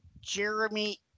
Jeremy